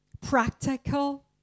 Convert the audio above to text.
practical